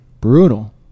brutal